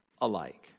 alike